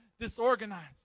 disorganized